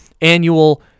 annual